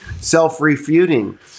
self-refuting